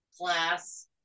class